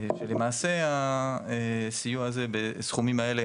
ולמעשה, הסיוע הזה בסכומים האלה